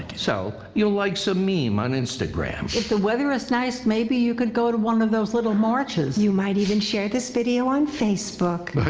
so you'll like some meme on instagram. if the weather is nice maybe you could go to one of those little marches. you might even share this video on facebook. but